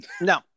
No